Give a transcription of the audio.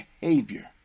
behavior